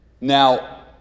Now